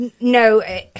No